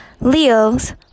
Leos